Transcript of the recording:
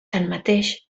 tanmateix